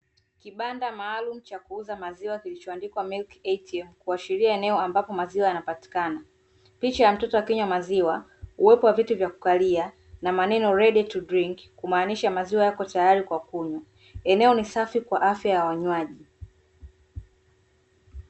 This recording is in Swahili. Kibanda maalumu cha kuuza maziwa kilichoandikwa "milk ATM" , kuashiria eneo ambapo maziwa yanapatikana. Picha ya mtoto akinywa maziwa, uwepo wa viti vya kukalia na maneno "ready to drink", kumaanisha maziwa yako tayari kwa kunywa. Eneo ni safi kwa afya ya wanywaji.